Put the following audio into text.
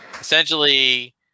essentially